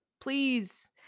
please